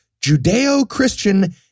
Judeo-Christian